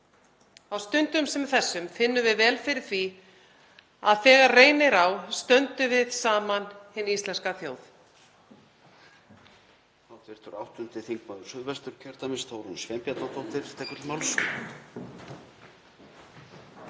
Á stundum sem þessum finnum við vel fyrir því að þegar reynir á stöndum við saman, hin íslenska þjóð.